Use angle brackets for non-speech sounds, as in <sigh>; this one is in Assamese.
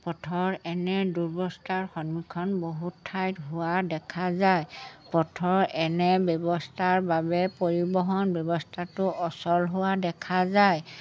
পথৰ এনে <unintelligible> সন্মুখীন বহুত ঠাইত হোৱা দেখা যায় পথৰ এনে ব্যৱস্থাৰ বাবে পৰিবহণ ব্যৱস্থাটো অচল হোৱা দেখা যায়